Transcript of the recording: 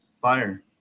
fire